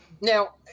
Now